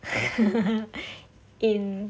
in